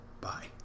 Bye